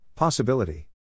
Possibility